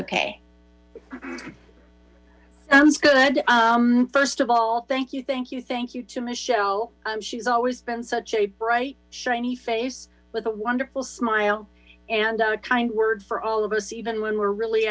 ok sounds good first of all thank you thank you thank you to michelle she's always been such a bright shiny face with a wonderful smile and a kind word for all of us even when we're really